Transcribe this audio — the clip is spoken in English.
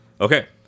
Okay